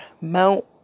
Mount